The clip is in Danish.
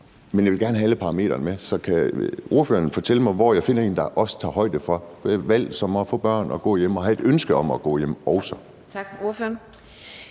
det? Jeg vil gerne have alle parametrene med. Så kan ordføreren fortælle mig, hvor jeg finder en, der også tager højde for valg som at få børn og gå hjemme og også have et ønske om at gå hjemme?